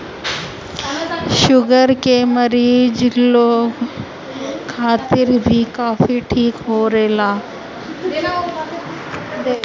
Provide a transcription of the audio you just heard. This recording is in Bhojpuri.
शुगर के मरीज लोग खातिर भी कॉफ़ी ठीक रहेला